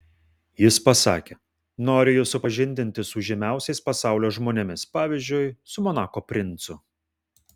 jis pasakė noriu jus supažindinti su žymiausiais pasaulio žmonėmis pavyzdžiui su monako princu